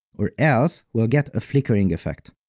or else we'll get a flickering effect.